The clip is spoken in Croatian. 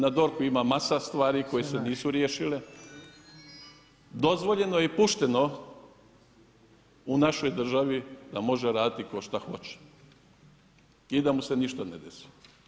Na DORH-u ima masa stvari koje se nisu riješile, dozvoljeno je i pušteno u našoj državi da može raditi tko šta hoće i da mu se ništa ne desi.